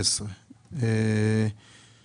הצבעה ההסתייגות לא נתקבלה ההסתייגות לא